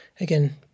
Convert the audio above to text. again